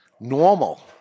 Normal